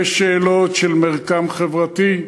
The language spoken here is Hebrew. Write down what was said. יש שאלות של מרקם חברתי.